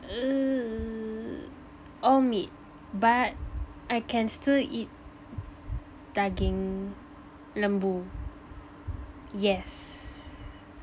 err all meat but I can still eat daging lembu yes